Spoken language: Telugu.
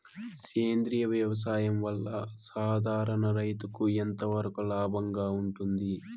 సేంద్రియ వ్యవసాయం వల్ల, సాధారణ రైతుకు ఎంతవరకు లాభంగా ఉంటుంది?